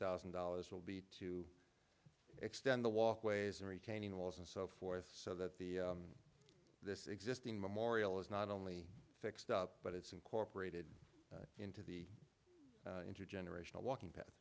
thousand dollars will be to extend the walkways and retaining walls and so forth so that the this existing memorial is not only fixed up but it's incorporated into the intergenerational walking pa